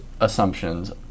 assumptions